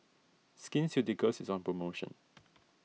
Skin Ceuticals is on promotion